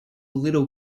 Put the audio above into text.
little